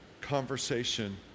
conversation